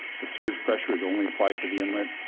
the surge pressure is only applied to the inlet,